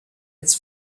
its